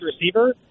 receiver